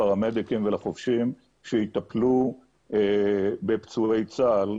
לפרמדיקים ולחובשים שיטפלו בפצועי צה"ל,